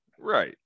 Right